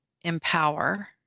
empower